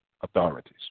authorities